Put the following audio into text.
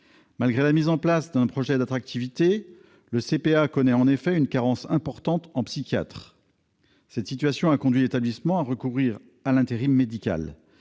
Malgré la mise en place d'un projet d'attractivité, le CPA connaît en effet une carence importante en psychiatres. Cette situation a conduit l'établissement à recourir à l'intérim médical.